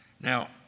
Now